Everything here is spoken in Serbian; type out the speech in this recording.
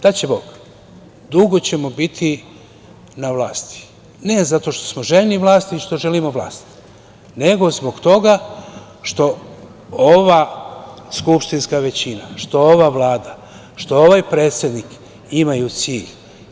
Daće Bog, dugo ćemo biti na vlasti, ne zato što smo željni vlasti i što želimo vlast, nego zbog toga što ova skupštinska većina, što ova Vlada, što ovaj predsednik imaju cilj.